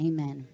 Amen